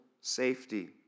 safety